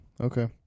Okay